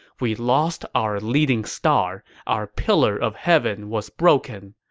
we lost our leading star. our pillar of heaven was broken.